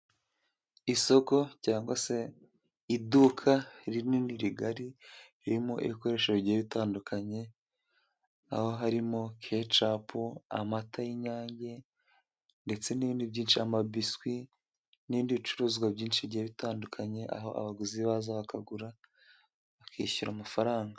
Isoko cyangwa se iduka rinini rigari ririmo ibikoresho bigiye bitandukanye, aho harimo kecapu, amata y'inyange ndetse n'ibindi byinshi, amabiswi, n'ibindi bicuruzwa byinshi bigiye bitandukanye, aho abaguzi baza bakagura, bakishyura amafaranga.